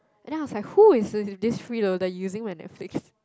and then I was like who is the this freeloader using my Netflix